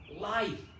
life